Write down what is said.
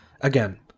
Again